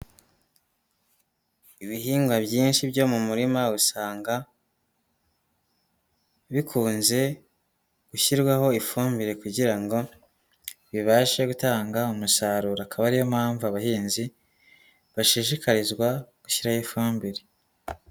Ibihingwa byinshi byo mu murima, usanga bikunze gushyirwaho ifumbire, kugira ngo bibashe gutanga umusaruro, akaba ariyo mpamvu abahinzi bashishikarizwa gushyiraho ifumbire.